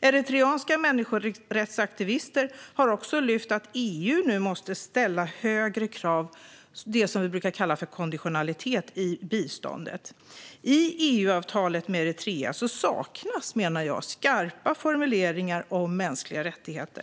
Eritreanska människorättsaktivister har lyft upp att EU nu måste ställa högre krav, det som vi brukar kalla konditionalitet, i biståndet. I EU-avtalet med Eritrea saknas, menar jag, skarpa formuleringar om mänskliga rättigheter.